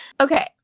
Okay